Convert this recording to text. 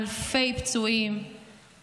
אלפי פצועים,